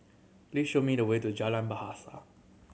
please show me the way to Jalan Bahasa